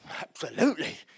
Absolutely